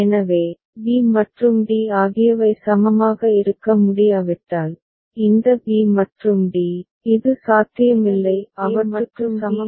எனவே b மற்றும் d ஆகியவை சமமாக இருக்க முடியாவிட்டால் இந்த b மற்றும் d இது சாத்தியமில்லை அவற்றுக்கு சமம் சாத்தியமில்லை